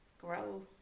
Grow